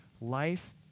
life